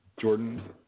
Jordan –